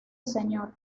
señor